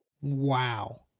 Wow